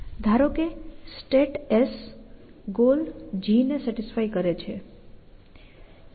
ધારો કે state S goal g ને સેટિસફાય કરે છે